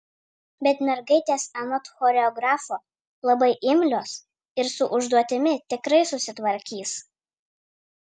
bet mergaitės anot choreografo labai imlios ir su užduotimi tikrai susitvarkys